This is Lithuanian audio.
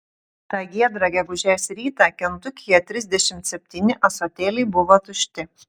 tą giedrą gegužės rytą kentukyje trisdešimt septyni ąsotėliai buvo tušti